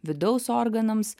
vidaus organams